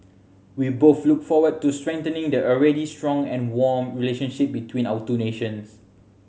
we both look forward to strengthening the already strong and warm relationship between our two nations